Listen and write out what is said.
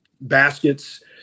baskets